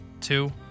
two